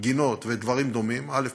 גינות ודברים דומים, א.